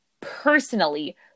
personally